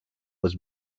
was